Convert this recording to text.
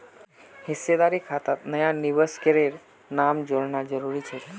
हिस्सेदारी खातात नया निवेशकेर नाम जोड़ना जरूरी छेक